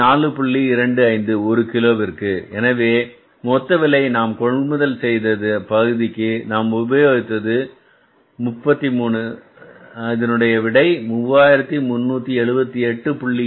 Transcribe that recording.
25 ஒரு கிலோவிற்கு எனவே மொத்த விலை நாம் கொள்முதல் செய்த பகுதிக்கு நாம் உபயோகித்தது 33 இதனுடைய விடை 3378